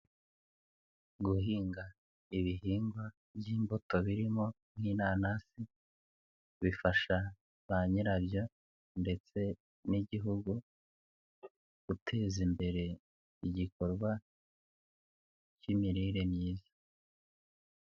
Guhinga ibihingwa by'imbuto birimo nk'inanasi bifasha ba nyira byo ndetse n'Igihugu guteza imbere igikorwa k'imirire myiza.